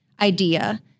idea